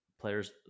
players